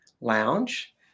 Lounge